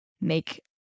make